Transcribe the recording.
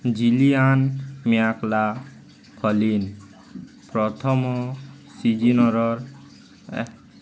Gillian McLaughlin ପ୍ରଥମ ସିଜନର ଏ